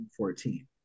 2014